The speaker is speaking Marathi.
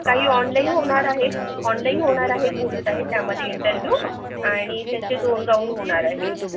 काही ऑनलाईन होणार आहेत ऑनलाईन होणार आहेत बोलत आहेत त्यामध्ये इंटरव्ह्यू आणि त्याचे दोन राऊंड होणार आहेत